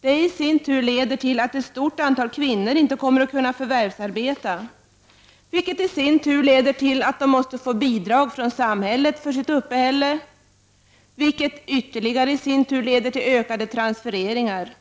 Det i sin tur leder till att ett stort antal kvinnor inte kommer att kunna förvärvsarbeta, vilket i sin tur leder till att de måste få bidrag från samhället för sitt uppehälle, vilket i sin tur leder till ökade transfereringar.